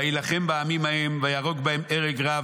ויילחם בעמים ההם, ויהרוג בהם הרג רב.